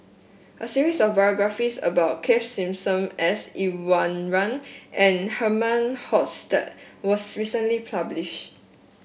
a series of biographies about Keith Simmons S Iswaran and Herman Hochstadt was recently publish